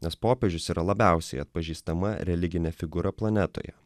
nes popiežius yra labiausiai atpažįstama religinė figūra planetoje